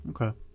Okay